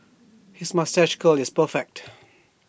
his moustache curl is perfect